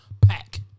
Pack